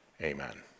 Amen